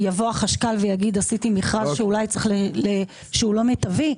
הוא יבוא ויגיד: "עשיתי מכרז שהוא לא מיטבי"?